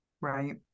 right